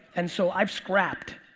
and so i've scrapped.